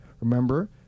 remember